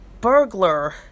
burglar